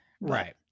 Right